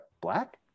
black